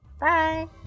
Bye